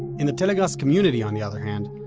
in the telegrass community, on the other hand,